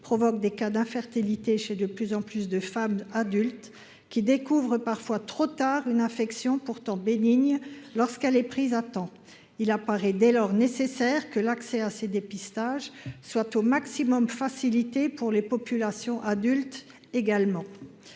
provoque des cas d'infertilité chez de plus en plus de femmes adultes qui découvrent parfois trop tard, une infection pourtant bénigne lorsqu'elle est prise à temps, il apparaît dès lors nécessaire que l'accès à ces dépistages soient au maximum facilité pour les populations adultes également,